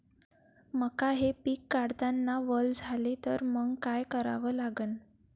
मका हे पिक काढतांना वल झाले तर मंग काय करावं लागन?